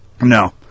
No